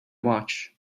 watch